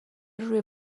روی